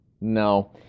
no